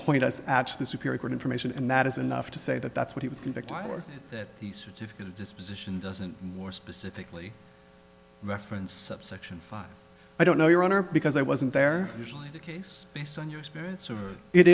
point us actually superior court information and that is enough to say that that's what he was convicted of the certificate of disposition doesn't more specifically reference subsection five i don't know your honor because i wasn't there usually the case based on your experience of it